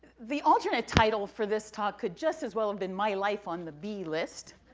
the alternate title for this talk could just as well have been my life on the bee list,